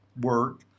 work